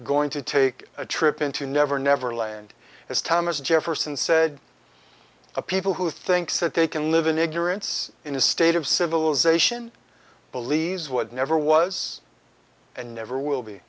going to take a trip into never never land as thomas jefferson said the people who think that they can live in ignorance in a state of civilization believes what never was and never will be